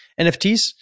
NFTs